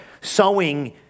sowing